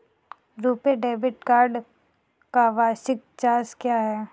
RuPay debit card का वार्षिक charge क्या है?